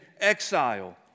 exile